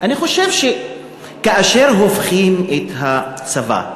אני חושב שכאשר הופכים את הצבא,